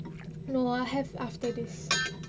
no I have after this